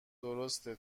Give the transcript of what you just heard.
درسته